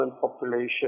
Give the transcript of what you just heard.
population